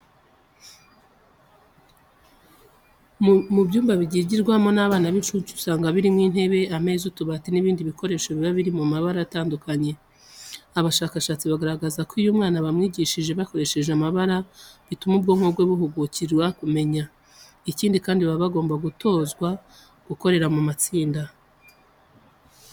Mu byumba byigirwamo n'abana b'incuke usanga birimo intebe, ameza, utubati n'ibindi bikoresho biba biri mu mabara atandukanye. Abashakashatsi bagaragaza ko iyo umwana bamwigishije bakoresheje amabara, bituma ubwonko bwe buhugukira kumenya. Ikindi kandi baba bagomba gutozwa gukorera mu matsinda.